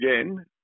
again